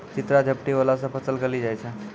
चित्रा झपटी होला से फसल गली जाय छै?